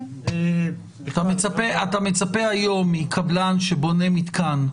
אתה מצפה היום מקבלן שבונה מתקן,